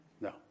No